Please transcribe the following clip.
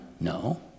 No